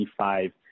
25